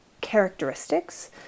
characteristics